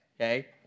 okay